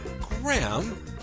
Graham